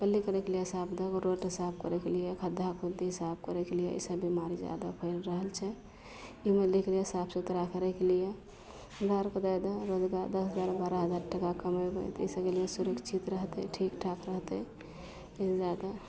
करयके लिये साफ रोड साफ करयके लिये खद्धा खुद्धी साफ करयके लिये ईसब बीमारी जादा फैल रहल छै के लिये साफ सुथरा करयके लिये बिहारके जादा रोजगार दस हजार बारह हजार टाका कमेबय तऽ अइ सबके लिये सुरक्षित रहति ठीक ठाक रहतइ